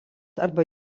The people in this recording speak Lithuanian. arba